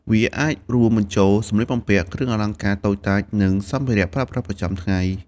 វាអាចរួមបញ្ចូល សម្លៀកបំពាក់ គ្រឿងអលង្ការតូចតាច និងសម្ភារៈប្រើប្រាស់ប្រចាំថ្ងៃ។